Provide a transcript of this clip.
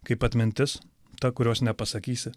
kaip atmintis ta kurios nepasakysi